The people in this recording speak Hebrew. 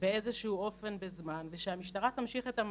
באיזשהו אופן או זמן, ושהמשטרה תמשיך את המעקב,